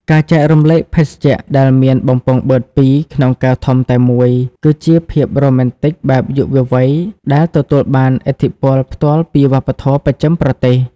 ការចែករំលែកភេសជ្ជៈដែលមានបំពង់បឺតពីរក្នុងកែវធំតែមួយ គឺជាភាពរ៉ូមែនទិកបែបយុវវ័យដែលទទួលបានឥទ្ធិពលផ្ទាល់ពីវប្បធម៌បស្ចិមប្រទេស។